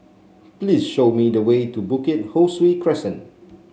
please show me the way to Bukit Ho Swee Crescent